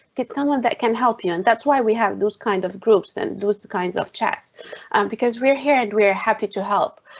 get someone that can help you, and that's why we have those kind of groups. then lose the kinds of chests because we're here and we're happy to help.